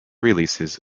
releases